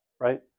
right